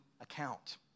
account